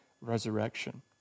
resurrection